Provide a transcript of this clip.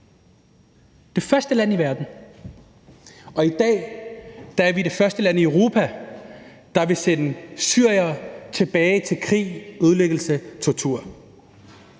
Det første land i verden. Og i dag er vi det første land i Europa, der vil sende syrere tilbage til krig, ødelæggelse, tortur.